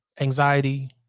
anxiety